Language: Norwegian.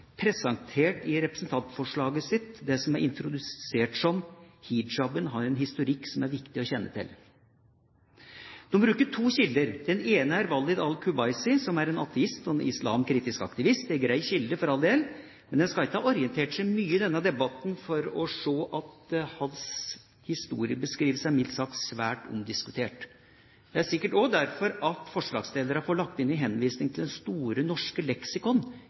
presentert i representantforslaget sitt det som er introdusert slik: «Hijaben har en historikk som er viktig å kjenne til». De bruker to kilder. Den ene er Walid al-Kubaisi, som er ateist og en islamkritisk aktivist – en grei kilde, for all del, men en skal ikke ha orientert seg mye i denne debatten for å se at hans historiebeskrivelse er mildt sagt svært omdiskutert. Det er sikkert også derfor at forslagsstillerne får lagt inn en henvisning til Store norske leksikon